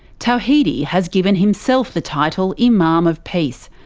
tawhidi has given himself the title imam of peace.